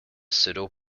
pseudo